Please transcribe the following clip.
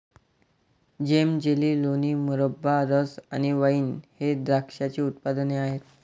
जेम, jelly, लोणी, मुरब्बा, रस आणि वाइन हे द्राक्षाचे उत्पादने आहेत